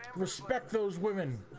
respect those women